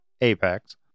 Apex